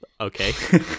Okay